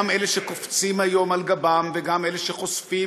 גם אלה שקופצים היום על גבם וגם אלה שחושפים